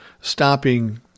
stopping